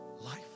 life